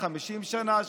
50 שנה,